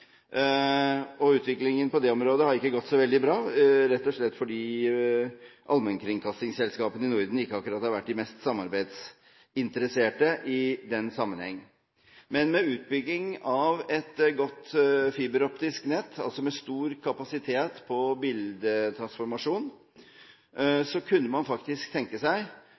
Utviklingen på det området har ikke gått så veldig bra, rett og slett fordi allmennkringkastingsselskapene i Norden ikke akkurat har vært de mest samarbeidsinteresserte i den sammenheng. Men med utbygging av et godt fiberoptisk nett, med stor kapasitet når det gjelder bildetransformasjon, kunne man faktisk tenke seg